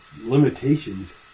limitations